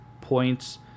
points